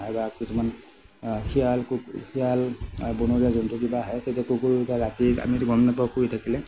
আৰু কিছুমান শিয়াল কুকু শিয়াল আৰু বনৰীয়া জন্তু কিবা আহে তেতিয়া কুকুৰ কেইটা ৰাতি আমিতো গম নাপাওঁ শুই থাকিলে